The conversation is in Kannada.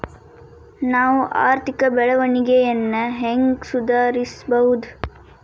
ನಾವು ಆರ್ಥಿಕ ಬೆಳವಣಿಗೆಯನ್ನ ಹೆಂಗ್ ಸುಧಾರಿಸ್ಬಹುದ್?